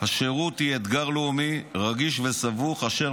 השירות היא אתגר לאומי רגיש וסבוך אשר